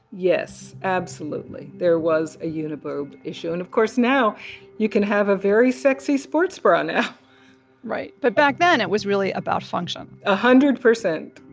yes, absolutely. there was ah a uni-boob issue and of course now you can have a very sexy sports bra now right. but back then it was really about function a hundred percent